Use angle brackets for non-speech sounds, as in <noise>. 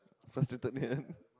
frustrated then <laughs>